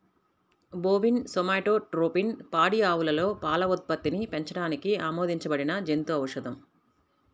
bovine somatotropin పాడి ఆవులలో పాల ఉత్పత్తిని పెంచడానికి ఆమోదించబడిన జంతు ఔషధం